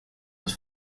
los